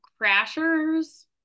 crashers